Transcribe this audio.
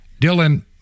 Dylan